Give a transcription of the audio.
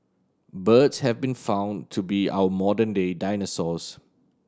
birds have been found to be our modern day dinosaurs